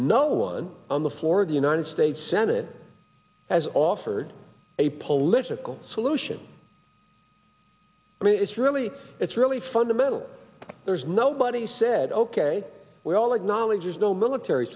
no one on the floor of the united states senate has offered a political solution i mean it's really it's really fundamental there's nobody said ok we all acknowledge is no military